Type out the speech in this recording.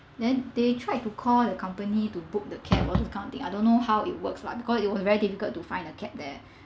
then they tried to call the company to book the cab all the kind of thing I don't know how it works lah because it was very difficult to find a cab there